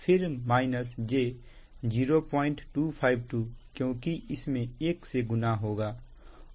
फिर j0252 क्योंकि इसमें एक से गुना होगा